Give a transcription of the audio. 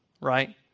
right